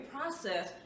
process